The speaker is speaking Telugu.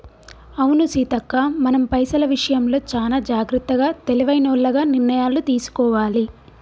అవును సీతక్క మనం పైసల విషయంలో చానా జాగ్రత్తగా తెలివైనోల్లగ నిర్ణయాలు తీసుకోవాలి